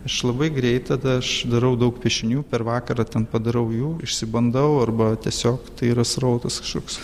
aš labai greit tada aš darau daug piešinių per vakarą ten padarau jų išsibandau arba tiesiog tai yra srautas kažkoks